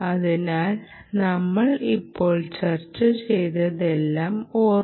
അതിനാൽ നമ്മൾ ഇപ്പോൾ ചർച്ച ചെയ്തതെല്ലാം ഓർമ്മിക്കുക